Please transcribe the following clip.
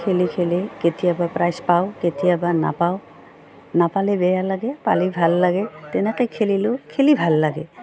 খেলি খেলি কেতিয়াবা প্ৰাইজ পাওঁ কেতিয়াবা নাপাওঁ নাপালে বেয়া লাগে পালি ভাল লাগে তেনেকৈ খেলিলোঁ খেলি ভাল লাগে